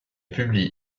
publie